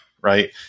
right